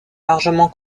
largement